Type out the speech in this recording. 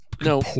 No